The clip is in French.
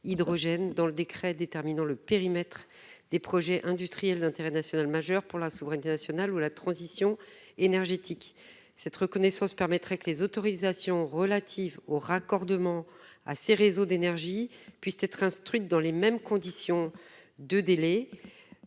dans le décret déterminant le périmètre des projets industriels intérêt national majeur pour la souveraineté nationale ou la transition énergétique. Cette reconnaissance permettrait que les autorisations relatives au raccordement à ces réseaux d'énergie puisse être instruite dans les mêmes conditions de délais.